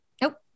Nope